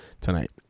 tonight